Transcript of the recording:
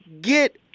get